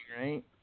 Right